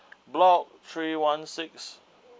block three one six